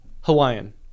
Hawaiian